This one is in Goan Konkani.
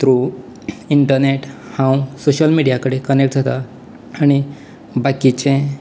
थ्रू इंटरनेट हांव सोशल मिडिया कडेन कनेक्ट जातात आनी बाकीचें